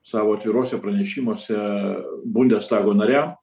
savo atviruose pranešimuose bundestago nariam